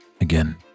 Again